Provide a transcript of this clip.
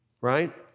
right